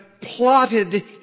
plotted